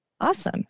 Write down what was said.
awesome